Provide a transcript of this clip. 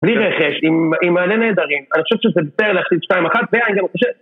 בלי רכש, עם מלא נהדרים, אני חושב שזה בטח להכניס 2-1, ואני גם חושב...